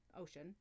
ocean